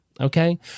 okay